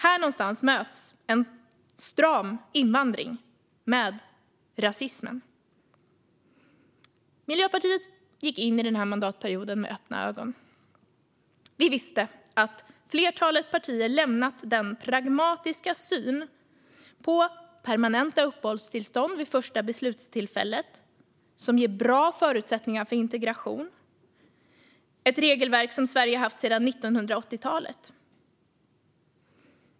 Här någonstans möts en stram invandring med rasism. Miljöpartiet gick in i denna mandatperiod med öppna ögon. Vi visste att flertalet partier lämnat den pragmatiska synen på permanenta uppehållstillstånd vid första beslutstillfället, som ger bra förutsättningar för integration. Det är ett regelverk som Sverige har haft sedan 1980-talet.